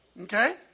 Okay